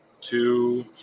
two